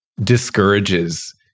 discourages